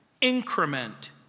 increment